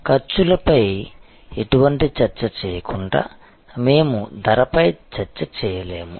ఖర్చులపై ఎటువంటి చర్చ చేయకుండా మేము ధరపై చర్చ చేయలేము